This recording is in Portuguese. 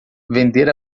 vender